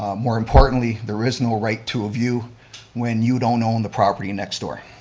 more importantly, there is no right to a view when you don't own the property next door.